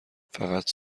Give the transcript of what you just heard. فقط